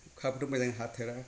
अखायाबोथ' मोजां हाथेरा